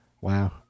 Wow